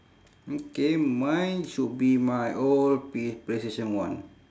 okay mine should be my old p~ playstation one